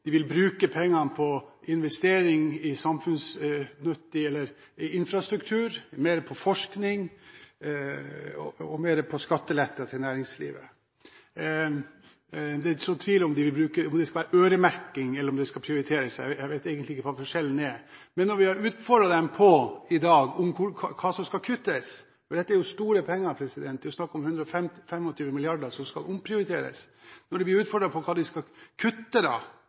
de vil bruke pengene på investering i samfunnsnyttige ting som infrastruktur, mer til forskning og mer til skatteletter til næringslivet. De sår tvil om hvorvidt det skal være øremerking, eller om det skal prioriteres – jeg vet egentlig ikke hva som er forskjellen. Men når vi nå, i dag, har utfordret dem på hva som skal kuttes – dette er jo store penger, det er snakk om 125 mrd. kr som skal omprioriteres – har de ikke noe svar på det, men viser til at budsjettene de